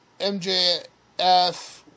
MJF